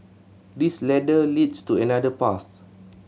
this ladder leads to another path